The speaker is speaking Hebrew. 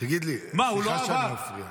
מה הוא לא עבר --- סליחה שאני מפריע.